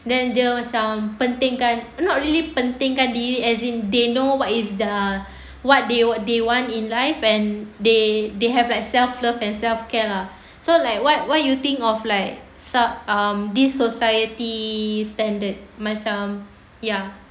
then dia macam pentingkan not really pentingkan diri as in they know what is the what they want in life and they they have like self love and self care lah so like what what you think of like sub~ um this society standard macam ya